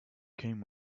came